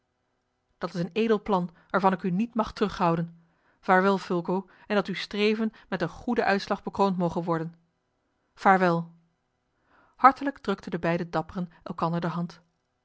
dat is een edel plan waarvan ik u niet mag terughouden vaarwel fulco en dat uw streven met een goeden uitslag bekroond moge worden vaarwel hartelijk drukten de beide dapperen elkander de hand